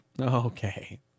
Okay